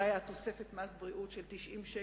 זה היה תוספת של מס בריאות של 90 שקל.